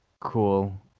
cool